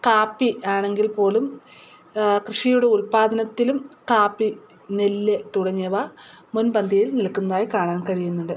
കാപ്പി ആണെങ്കിൽപ്പോലും കൃഷിയുടെ ഉൽപാദനത്തിലും കാപ്പി നെല്ല് തുടങ്ങിയവ മുൻപന്തിയിൽ നിൽക്കുന്നതായി കാണാൻ കഴിയുന്നുണ്ട്